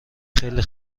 خیلی